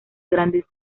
grandes